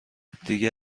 دیگه